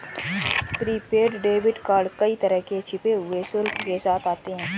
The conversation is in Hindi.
प्रीपेड डेबिट कार्ड कई तरह के छिपे हुए शुल्क के साथ आते हैं